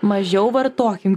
mažiau vartokim